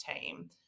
team